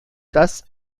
das